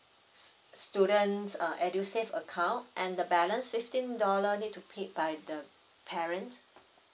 students uh edusave account and the balance fifteen dollar need to pay by the parent